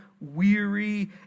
weary